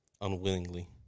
unwillingly